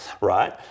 right